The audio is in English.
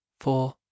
four